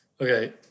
Okay